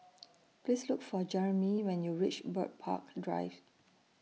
Please Look For Jerimy when YOU REACH Bird Park Drive